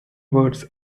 words